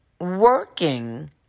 working